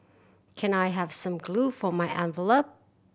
can I have some glue for my envelope